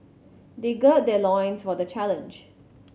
they gird their loins for the challenge